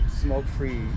smoke-free